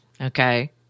Okay